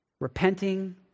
repenting